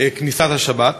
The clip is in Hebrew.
כניסת השבת.